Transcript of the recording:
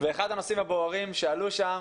ואחד הנושאים הבוערים שעלו שם,